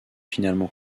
finalement